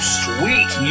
sweet